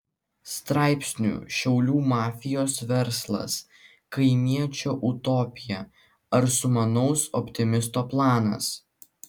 straipsnių šiaulių mafijos verslas kaimiečio utopija ar sumanaus optimisto planas